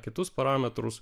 kitus parametrus